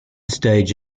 stage